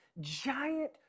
giant